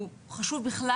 הוא חשוב בכלל.